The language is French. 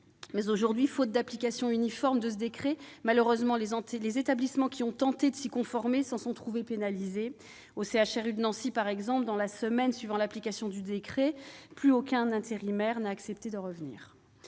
aujourd'hui, faute d'application uniforme du décret, les établissements ayant tenté de s'y conformer s'en sont trouvés pénalisés. Au CHRU de Nancy, par exemple, dans la semaine suivant le début de l'application du décret, plus aucun intérimaire n'a accepté de revenir